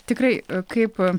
tikrai kaip